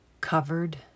covered